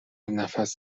نفس